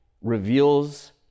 reveals